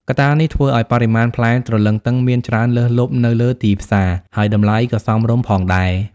កត្តានេះធ្វើឱ្យបរិមាណផ្លែទ្រលឹងទឹងមានច្រើនលើសលប់នៅលើទីផ្សារ ហើយតម្លៃក៏សមរម្យផងដែរ។